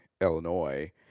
Illinois